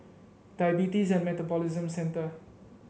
Diabetes and Metabolism Centre